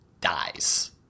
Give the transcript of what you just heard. dies